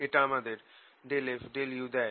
এটা আমাদের ∂f∂u দেয়